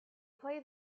play